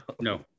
No